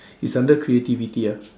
it's under creativity ah